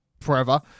forever